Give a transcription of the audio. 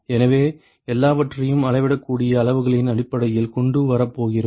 எனவே எல்லாவற்றையும் அளவிடக்கூடிய அளவுகளின் அடிப்படையில் கொண்டு வரப் போகிறோம்